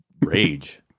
rage